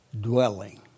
dwelling